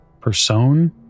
Person